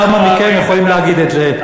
כמה מכם יכולים להגיד את זה?